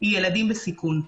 היא ילדים בסיכון.